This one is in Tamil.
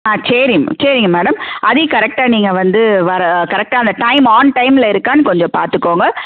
ஆ சரிம் சரிங்க மேடம் அதையும் கரெக்டாக நீங்கள் வந்து வர கரெக்டாக அந்த டைம் ஆன் டைம்மில் இருக்கான்னு கொஞ்சம் பார்த்துக்கோங்க